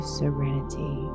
serenity